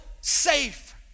safe